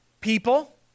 people